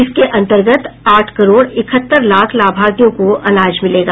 इसके अन्तर्गत आठ करोड़ इकहत्तर लाख लाभार्थियों को अनाज मिलेगा